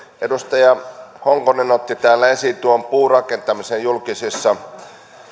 edustaja honkonen otti täällä esiin puurakentamisen julkisissa